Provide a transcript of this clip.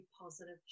positive